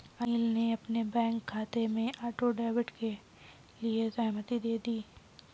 अनिल ने अपने बैंक खाते में ऑटो डेबिट के लिए सहमति दे दी